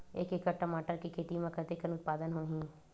एक एकड़ टमाटर के खेती म कतेकन उत्पादन होही?